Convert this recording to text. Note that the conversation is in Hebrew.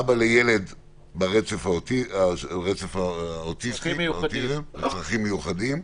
אבא לילד על הרצף האוטיסטי, ילד עם צרכים מיוחדים,